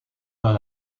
dans